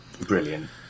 Brilliant